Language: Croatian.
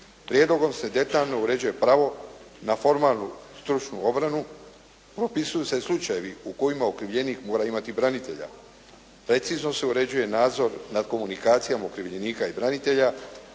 Prijedlogom se detaljno uređuje pravo na formalnu stručnu obranu. Propisuju se slučajevi u kojima okrivljenik mora imati branitelja. Precizno se uređuje nadzor nad komunikacijom okrivljenika i branitelja